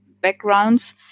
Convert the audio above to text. backgrounds